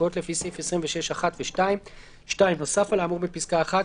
סמכויות לפי סעיף 26(1) ו-(2); (2)נוסף על האמור בפסקה (1),